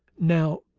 now,